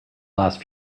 last